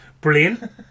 Brilliant